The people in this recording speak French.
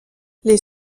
les